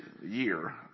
year